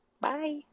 Bye